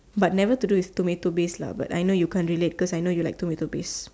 but never to do with tomato based lah but I know you can't relate cause I know you like tomato based